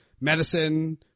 medicine